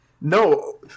no